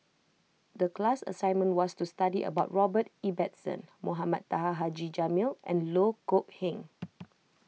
the class assignment was to study about Robert Ibbetson Mohamed Taha Haji Jamil and Loh Kok Heng